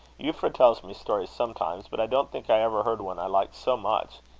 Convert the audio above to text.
euphra tells me stories sometimes but i don't think i ever heard one i liked so much.